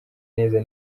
neza